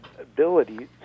ability